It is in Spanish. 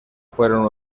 fueron